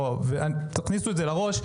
תכניסו את זה לראש,